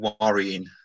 worrying